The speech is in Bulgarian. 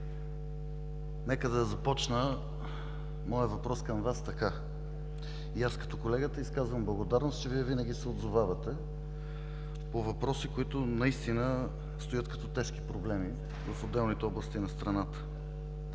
Нека да започна моя въпрос към Вас така. И аз, като колегата, изказвам благодарност, че Вие винаги се отзовавате по въпроси, които наистина стоят като тежки проблеми в отделните области на страната.